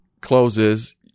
closes